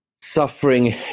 suffering